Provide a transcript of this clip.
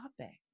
topic